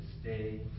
stay